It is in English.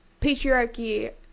patriarchy